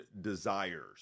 desires